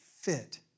fit